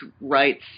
rights